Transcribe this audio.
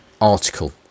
article